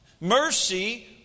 Mercy